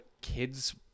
kid's